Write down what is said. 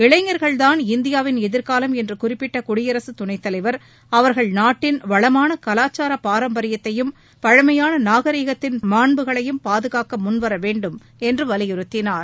இளைஞா்கள்தான் இந்தியாவின் எதிா்காலம் என்று குறிப்பிட்ட குடியரசுத் துணைத்தலைவா் அவா்கள் நாட்டின் வளமான கலாச்சார பாரம்பரியத்தையும் பழமையான நாகரீகத்தின் மாண்புகளையும் பாதுகாக்க முன்வர வேண்டும் என்று வலியுறுத்தினார்